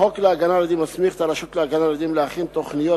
החוק להגנה על עדים מסמיך את הרשות להגנה על עדים להכין תוכניות